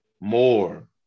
more